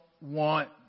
want